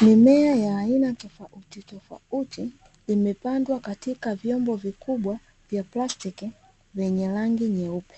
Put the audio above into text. Mimea ya aina tofautitofauti imepandwa katika vyombo vikubwa vya plastiki vyenye rangi nyeupe,